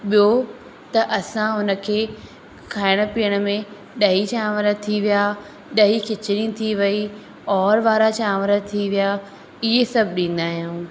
ॿियो त असां उन खे खाइणु पीअण में ॾही चांवर थी विया ॾही खिचड़ी थी वई ओर वारा चांवर थी विया ईअं सभु ॾींदा आहियूं